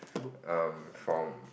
um from